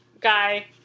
Guy